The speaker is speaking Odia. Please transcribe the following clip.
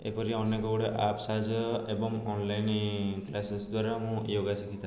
ଏପରି ଅନେକଗୁଡ଼ିଏ ଆପ୍ ସାହାଯ୍ୟରେ ଏବଂ ଅନ୍ଲାଇନ୍ କ୍ଲାସେସ୍ ଦ୍ୱାରା ମୁଁ ୟୋଗା ଶିଖିଥାଏ